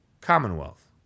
Commonwealth